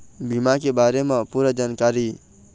बीमा के बारे म पूरा जानकारी?